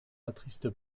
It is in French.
attriste